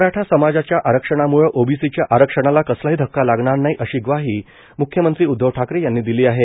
मराठा समाजाच्या आरक्षणाम्ळं ओबीसीच्या आरक्षणाला कसलाही धक्का लागणार नाही अशी ग्वाही म्ख्यमंत्री उद्धव ठाकरे यांनी दिली आहे